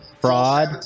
Fraud